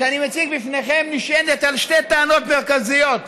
שאני מציג לפניכם נשענת על שתי טענות מרכזיות,